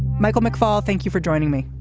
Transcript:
michael mcfaul thank you for joining me.